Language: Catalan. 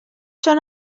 són